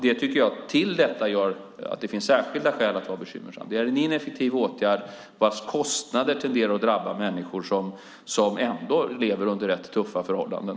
Det gör att det till detta finns särskilda skäl att vara bekymrad. Det är en ineffektiv åtgärd vars kostnader tenderar att drabba människor som ändå lever under rätt tuffa förhållanden.